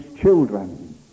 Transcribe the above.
children